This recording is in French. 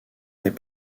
n’est